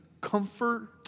comfort